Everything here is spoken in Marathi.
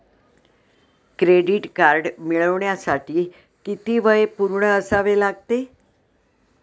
क्रेडिट कार्ड मिळवण्यासाठी किती वय पूर्ण असावे लागते?